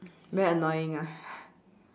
very annoying ah